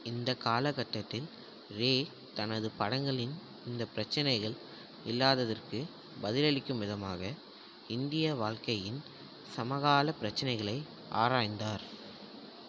இந்த காலகட்டத்தில் ரே தனது படங்களில் இந்த பிரச்சினைகள் இல்லாததற்கு பதிலளிக்கும் விதமாக இந்திய வாழ்க்கையின் சமகாலப் பிரச்சினைகளை ஆராய்ந்தார்